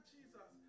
Jesus